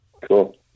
cool